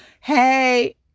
hey